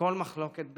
כל מחלוקת בינינו.